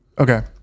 Okay